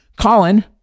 Colin